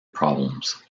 problems